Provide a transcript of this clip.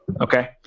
okay